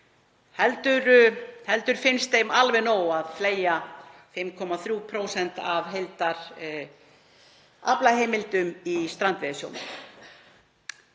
heldur finnst þeim alveg nóg að fleygja 5,3% af heildaraflaheimildum í strandveiðisjómenn.